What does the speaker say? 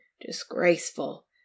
Disgraceful